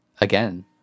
again